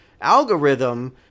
algorithm